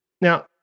Now